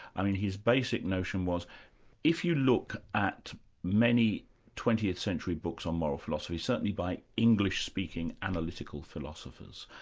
i mean his basic notion was if you look at many twentieth century books on moral philosophy, certainly by english-speaking analytical philosophers,